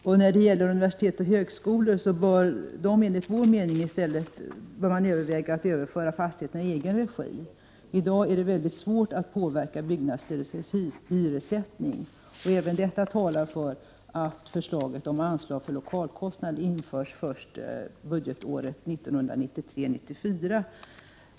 När det gäller universitet och högskolor bör man enligt vår mening överväga att överföra fastigheterna till deras regi. I dag är det svårt att påverka byggnadsstyrelsens hyressättning. Även detta talar för att förslaget om anslag till lokalkostnad införs först budgetåret 1993/94.